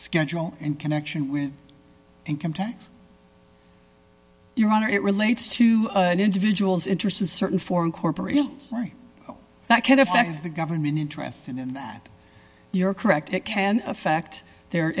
schedule in connection with income tax your honor it relates to an individual's interest in certain foreign corporation that can affect the government interest in that you're correct it can affect their